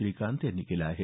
श्रीकांत यांनी केलं आहे